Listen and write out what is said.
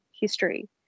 history